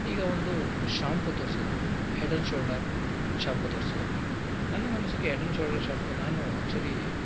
ಈಗ ಒಂದು ಶ್ಯಾಂಪು ತೋರಿಸಿದ್ರು ಹೆಡ್ ಆ್ಯಂಡ್ ಶೋಲ್ಡರ್ ಶ್ಯಾಂಪು ತೋರಿಸಿದ್ರು ನನ್ನ ಮನಸ್ಸಿಗೆ ಹೆಡ್ ಆ್ಯಂಡ್ ಶೋಲ್ಡರ್ ಶ್ಯಾಂಪು ನಾನು ಆ್ಯಕ್ಚುಲಿ